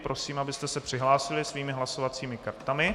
Prosím, abyste se přihlásili svými hlasovacími kartami.